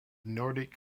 nordic